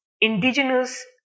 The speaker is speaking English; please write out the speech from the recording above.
indigenous